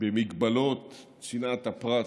במגבלות צנעת הפרט,